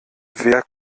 wer